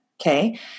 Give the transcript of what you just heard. Okay